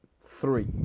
three